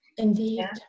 Indeed